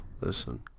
listen